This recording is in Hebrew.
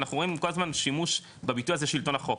אנחנו רואים כל הזמן שימוש בביטוי הזה שלטון החוק,